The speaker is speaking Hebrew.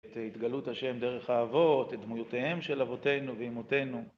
את התגלות השם דרך האבות, את דמויותיהם של אבותינו ואמותינו.